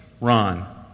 Ron